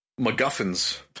MacGuffins